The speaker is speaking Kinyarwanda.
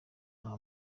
nta